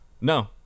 No